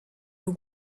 nur